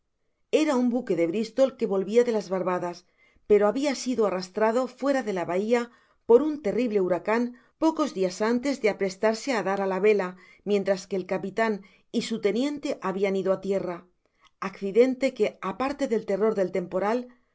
era un buque de bristol que volvia de las barbadas pero habia sido arrastrado fuera de la bahia por un terrible huracan pocos dias antes de aprestarse i dar á la vela mientras que el capitan y su teniente habian ido á tierra accidente que aparte del terror del temporal no